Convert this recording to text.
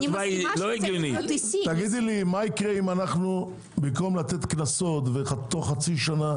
מה יקרה אם אנחנו במקום לתת קנסות ותוך חצי שנה